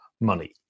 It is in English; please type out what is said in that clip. money